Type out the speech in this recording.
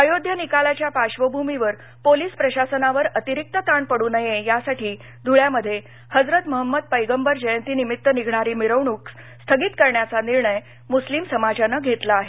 अयोध्या निकालाच्या पार्श्वभूमीवर पोलीस प्रशासनावर अतिरिक्त ताण पडू नये यासाठी धूळ्यामध्ये हजरत महम्मद पैगंबर जयंतीनिमित्त निघणारी मिरवणूक स्थगित करण्याचा निर्णय मुस्लिम समाजानं घेतला आहे